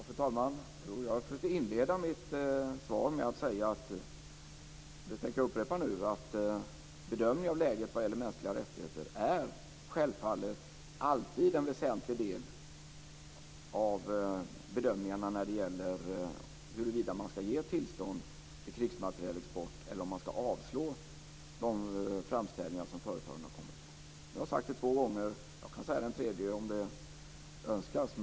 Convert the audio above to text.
Fru talman! Jag försökte inleda mitt svar med att säga, och det tänker jag upprepa nu, att bedömningen av läget vad gäller mänskliga rättigheter självfallet alltid är en väsentlig del av bedömningarna när det gäller huruvida man skall ge tillstånd till krigsmaterielexport eller om man skall avslå de framställningar som företagen har kommit med. Jag har sagt det två gånger, jag kan säga det en tredje om det önskas.